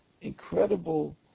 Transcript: incredible